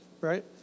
Right